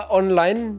online